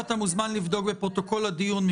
צר לי, אתה מוזמן לבדוק בפרוטוקול הדיון.